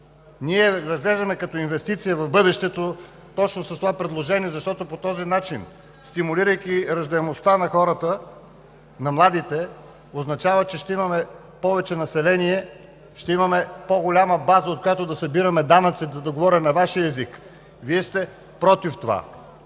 ние я разглеждаме като инвестиция в бъдещето точно с това предложение, защото по този начин, стимулирайки раждаемостта на младите хора, ще имаме повече население, ще имаме по-голяма база, от която да събираме данъци, за да говоря на Вашия език. Вие сте против това.